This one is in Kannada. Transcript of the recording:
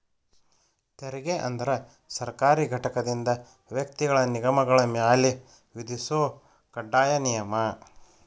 ತೆರಿಗೆ ಅಂದ್ರ ಸರ್ಕಾರಿ ಘಟಕದಿಂದ ವ್ಯಕ್ತಿಗಳ ನಿಗಮಗಳ ಮ್ಯಾಲೆ ವಿಧಿಸೊ ಕಡ್ಡಾಯ ನಿಯಮ